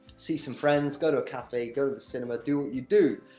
see some friends, go to a cafe, go the cinema do what you do.